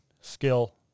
skill